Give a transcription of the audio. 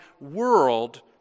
world